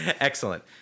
Excellent